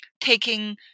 taking